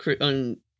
on